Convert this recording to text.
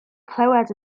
clywed